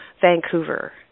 Vancouver